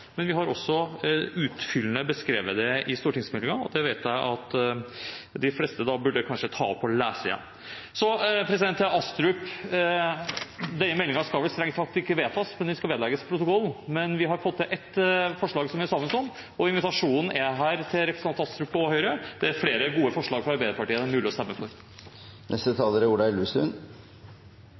men vi har også beskrevet det utfyllende i innstillingen. Og det vet jeg: De fleste burde kanskje lese den igjen. Så til Astrup. Denne meldingen skal vel strengt tatt ikke vedtas, den skal vedlegges protokollen. Men vi har ett forslag som vi er sammen om, og invitasjonen her til representanten Astrup og Høyre er: Det er flere gode forslag fra Arbeiderpartiet det er mulig å stemme for. Jeg tar egentlig ordet for å støtte representanten Solhjell i at det burde vært mer bypolitikk. Det er